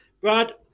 Brad